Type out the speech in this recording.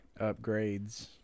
upgrades